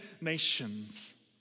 nations